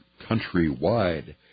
countrywide